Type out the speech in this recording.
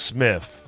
Smith